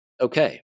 Okay